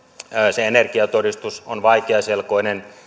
se energiatodistus on vaikeaselkoinen